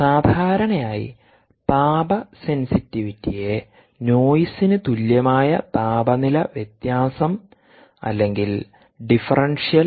സാധാരണയായി താപ സെൻസിറ്റിവിറ്റിയെ നോയ്സിന് തുല്യമായ താപനില വ്യത്യാസം അല്ലെങ്കിൽ ഡിഫറൻഷ്യൽ